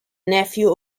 nephew